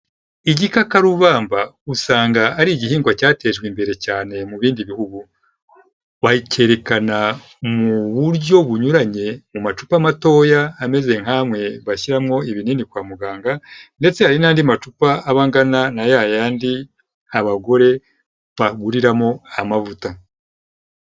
Igikakarubamba usanga ari igihingwa cyatejwe imbere cyane mu bindi bihugu, wakerekana mu buryo bunyuranye mu macupa matoya ameze nk'amwe bashyiramo ibinini kwa muganga ndetse hari n'andi macupa aba angana na yayandi abagore baguriramo amavuta.